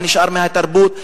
מה נשאר מהתרבות?